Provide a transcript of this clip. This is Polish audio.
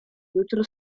jutro